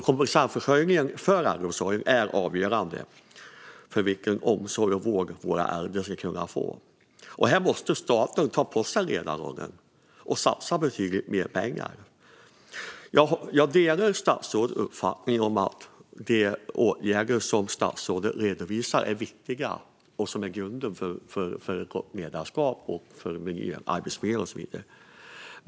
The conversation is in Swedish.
Kompetensförsörjningen inom äldreomsorgen är avgörande för vilken omsorg och vård våra äldre ska få. Här måste staten ta på sig ledarrollen och satsa betydligt mer pengar. Jag delar statsrådets uppfattning att de åtgärder som statsrådet redovisade är viktiga och utgör grunden för gott ledarskap, arbetsmiljö och så vidare.